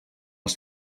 les